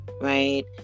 right